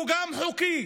הוא גם חוקי.